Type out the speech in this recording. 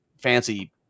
fancy